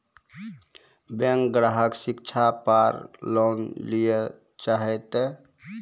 Bank ग्राहक शिक्षा पार लोन लियेल चाहे ते?